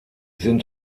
sind